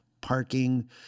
parking